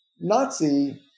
Nazi